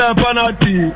penalty